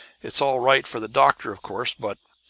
it's all right for the doctor, of course but